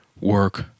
work